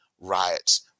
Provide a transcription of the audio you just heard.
riots